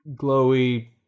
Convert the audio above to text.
glowy